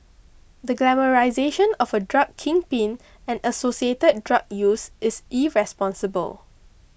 the glamorisation of a drug kingpin and associated drug use is irresponsible